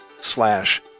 slash